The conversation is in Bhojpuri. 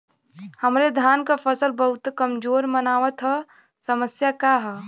हमरे धान क फसल बहुत कमजोर मनावत ह समस्या का ह?